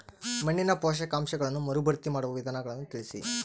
ಮಣ್ಣಿನ ಪೋಷಕಾಂಶಗಳನ್ನು ಮರುಭರ್ತಿ ಮಾಡುವ ವಿಧಾನಗಳನ್ನು ತಿಳಿಸಿ?